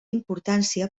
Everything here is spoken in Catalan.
importància